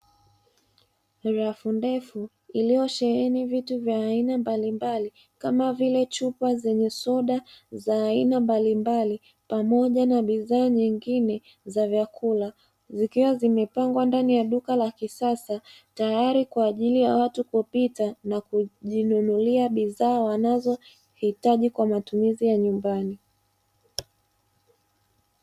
Rafu ndefu iliyosheheni vitu vya aina mbalimbali kama vile chupa zenye soda za aina mbalimbali pamoja na bidhaa nyingine za vyakula, zikiwa zimepangwa ndani ya duka la kisasa tayari kwa ajili ya watu kupita na kujinunulia bidhaa wanazohitaji kwa matumizi ya nyumbani.